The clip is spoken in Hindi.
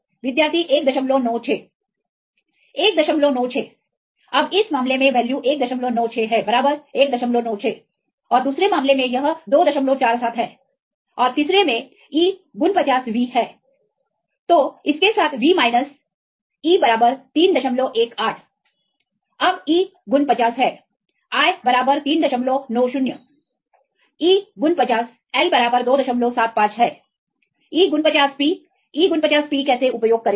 विद्यार्थी 196 196 अब इस मामले में वैल्यू 196 है बराबर196 और दूसरे मामले में यह 247 है और तीसरे में E49V है तो इसके साथ V माइनस E 318 अब E 49 I 390E49L275 हैE49PE49P कैसे उपयोग करेंगे